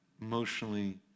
emotionally